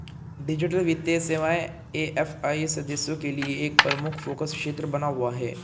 digital वित्तीय सेवाएं AFI सदस्यों के लिए एक प्रमुख फोकस क्षेत्र बना हुआ है